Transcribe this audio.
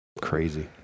Crazy